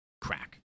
crack